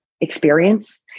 experience